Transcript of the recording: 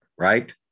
Right